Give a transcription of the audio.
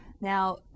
Now